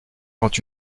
quand